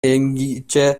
эмгиче